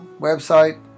website